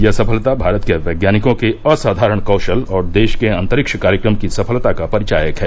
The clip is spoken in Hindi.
यह सफलता भारत के वैज्ञानिकों के असाधारण कौशल और देश के अंतरिक्ष कार्यक्रम की सफलता का परिचायक है